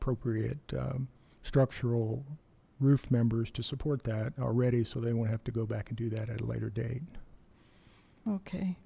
ppropriate structural roof members to support that already so they don't have to go back and do that at a later date okay